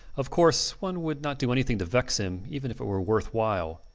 of course one would not do anything to vex him even if it were worth while.